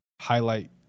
highlight